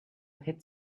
hit